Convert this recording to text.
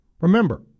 Remember